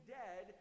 dead